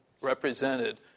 represented